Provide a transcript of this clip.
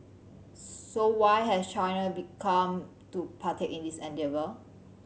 so why has China become to partake in this endeavour